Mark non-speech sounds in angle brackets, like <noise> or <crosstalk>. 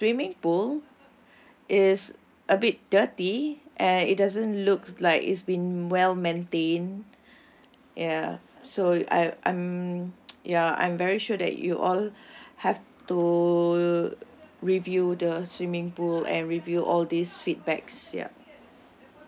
the swimming pool is a bit dirty and it doesn't look like it's been well maintained ya so I I'm <noise> ya I'm very sure that you all have to review the swimming pool and review all these feedbacks ya